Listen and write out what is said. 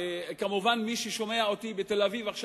כמובן, מי ששומע אותי בתל-אביב אומר: